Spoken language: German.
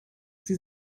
sie